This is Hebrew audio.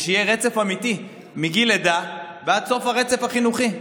בשביל שיהיה רצף אמיתי מגיל לידה ועד סוף הרצף החינוכי.